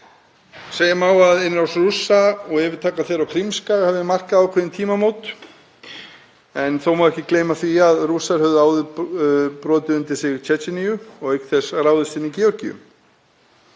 Segja má að innrás Rússa og yfirtaka þeirra á Krímskaga hafi markað ákveðin tímamót. Þó má ekki gleyma því að Rússar höfðu áður brotið undir sig Tsjetsjeníu og auk þess ráðist inn í Georgíu.